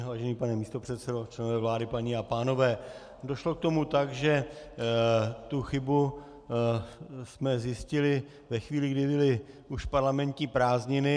Vážený pane místopředsedo, členové vlády, paní a pánové, došlo k tomu tak, že tu chybu jsme zjistili ve chvíli, kdy byly už parlamentní prázdniny.